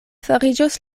fariĝos